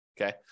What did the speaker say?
okay